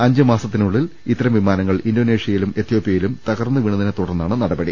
അഞ്ചുമാസത്തിനുള്ളിൽ ഇത്തരം വിമാനങ്ങൾ ഇന്തോനേഷ്യയിലും എത്യോപ്യയിലും തകർന്നു വീണതിനെ തുടർന്നാണ് നടപടി